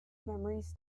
memories